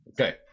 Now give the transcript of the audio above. Okay